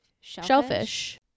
shellfish